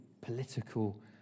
political